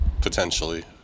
potentially